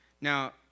Now